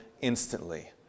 instantly